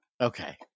Okay